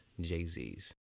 Jay-Z's